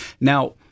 Now